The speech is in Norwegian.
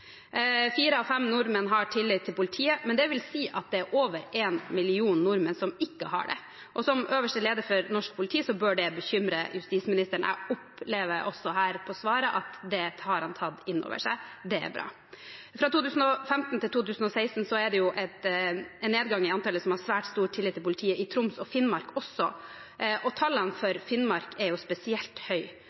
Fire av fem nordmenn har tillit til politiet, men det vil si at det er over én million nordmenn som ikke har det, og som øverste leder for norsk politi bør det bekymre justisministeren. Jeg opplever også her ut fra svaret at det har han tatt inn over seg. Det er bra. Fra 2015 til 2016 er det også en nedgang i antallet som har svært stor tillit til politiet i Troms og Finnmark. Tallene for Finnmark er spesielt